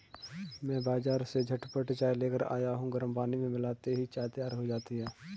मैं बाजार से झटपट चाय लेकर आया हूं गर्म पानी में मिलाते ही चाय तैयार हो जाती है